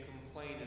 complain